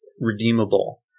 redeemable